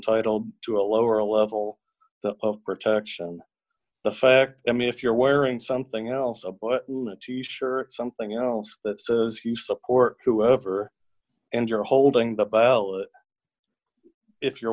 title to a lower level of protection effect i mean if you're wearing something else a button a t shirt or something else that you support whoever and you're holding the ballot if you're